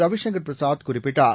ரவிசங்கள் பிரசாத் குறிப்பிட்டார்